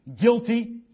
guilty